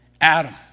Adam